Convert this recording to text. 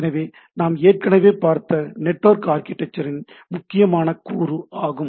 எனவே நாம் ஏற்கனவே பார்த்த நெட்வொர்க் ஆர்கிடெக்சரின் முக்கியமான கூறு ஆகும்